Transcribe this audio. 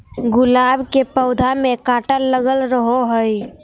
गुलाब के पौधा में काटा लगल रहो हय